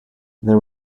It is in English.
there